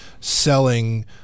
selling